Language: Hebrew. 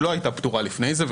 שלא הייתה פתורה לפני זה,